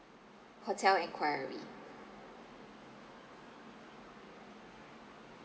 hotel enquiry